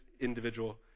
individual